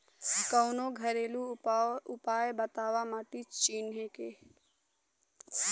कवनो घरेलू उपाय बताया माटी चिन्हे के?